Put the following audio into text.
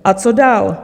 A co dál?